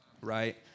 right